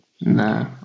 No